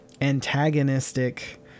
antagonistic